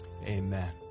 amen